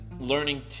learning